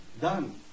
done